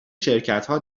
شرکتها